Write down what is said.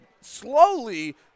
Slowly